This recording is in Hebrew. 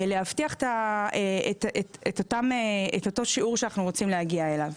להבטיח את אותו השיעור שאנחנו רוצים להגיע אליו?